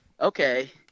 Okay